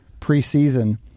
preseason